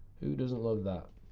who doesn't love that?